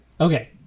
Okay